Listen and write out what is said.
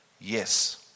yes